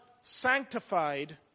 sanctified